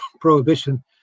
prohibition